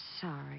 sorry